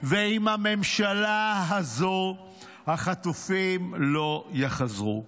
ועם הממשלה הזאת החטופים לא יחזרו?